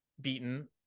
beaten